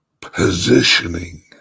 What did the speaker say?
positioning